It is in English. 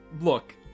look